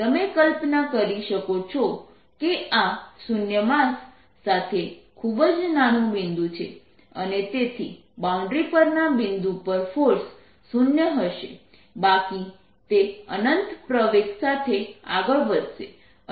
તમે કલ્પના કરી શકો છો કે આ શૂન્ય માસ સાથે ખૂબ જ નાનું બિંદુ છે અને તેથી બાઉન્ડ્રી પરના બિંદુ પર ફોર્સ શૂન્ય હશે બાકી તે અનંત પ્રવેગ સાથે આગળ વધશે